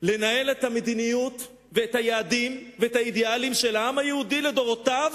לנהל את המדיניות ואת היעדים ואת האידיאלים של העם היהודי לדורותיו